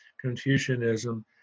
Confucianism